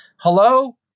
hello